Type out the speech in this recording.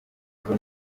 rugo